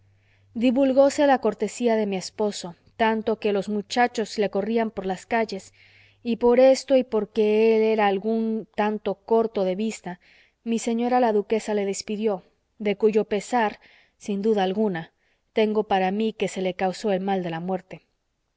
entrañas divulgóse la cortesía de mi esposo tanto que los muchachos le corrían por las calles y por esto y porque él era algún tanto corto de vista mi señora la duquesa le despidió de cuyo pesar sin duda alguna tengo para mí que se le causó el mal de la muerte